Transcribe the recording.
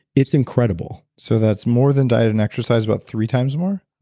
it's incredible so that's more than diet and exercise about three times more?